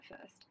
first